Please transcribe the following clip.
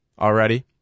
already